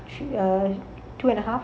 three err two and a half